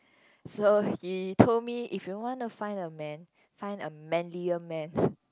so he told me if you want to find a man find a manlier man